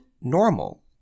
normal